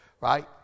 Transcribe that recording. Right